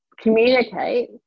communicate